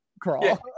crawl